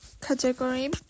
category